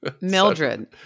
Mildred